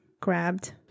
grabbed